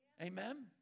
Amen